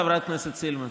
חברת הכנסת סילמן?